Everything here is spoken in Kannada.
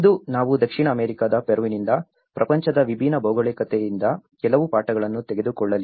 ಇಂದು ನಾವು ದಕ್ಷಿಣ ಅಮೆರಿಕಾದ ಪೆರುವಿನಿಂದ ಪ್ರಪಂಚದ ವಿಭಿನ್ನ ಭೌಗೋಳಿಕತೆಯಿಂದ ಕೆಲವು ಪಾಠಗಳನ್ನು ತೆಗೆದುಕೊಳ್ಳಲಿದ್ದೇವೆ